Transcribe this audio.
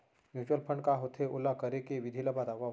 mutual fund का होथे, ओला करे के विधि ला बतावव